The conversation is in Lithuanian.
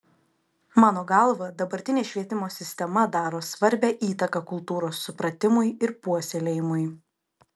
mano galva dabartinė švietimo sistema daro svarbią įtaką kultūros supratimui ir puoselėjimui